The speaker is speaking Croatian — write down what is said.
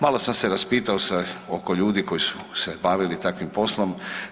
Malo sam se raspitao oko ljudi koji su se bavili takvim poslom.